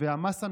והמס הנורבגי.